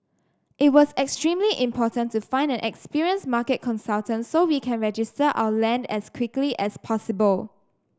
it was extremely important to find an experienced market consultant so we can register our land as quickly as possible